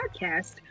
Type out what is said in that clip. podcast